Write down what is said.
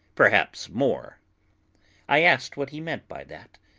perhaps more i asked what he meant by that,